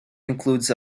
includes